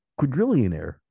quadrillionaire